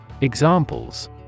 Examples